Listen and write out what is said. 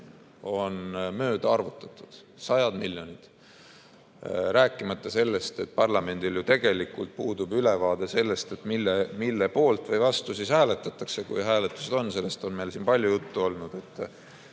on mööda arvutatud – sajad miljonid! –, rääkimata sellest, et parlamendil ju tegelikult puudub ülevaade, mille poolt või vastu hääletatakse, kui hääletused on. Sellest on meil siin palju juttu olnud,